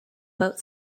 boat